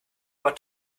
what